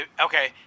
okay